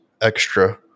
extra